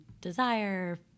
desire